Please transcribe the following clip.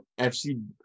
FC –